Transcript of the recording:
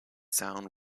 sound